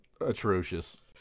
atrocious